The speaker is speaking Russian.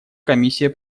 комиссия